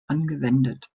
angewendet